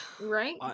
Right